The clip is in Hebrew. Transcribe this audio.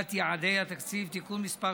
להשגת יעדי התקציב) (תיקון מס'